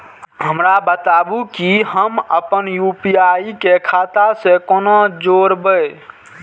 हमरा बताबु की हम आपन यू.पी.आई के खाता से कोना जोरबै?